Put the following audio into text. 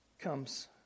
comes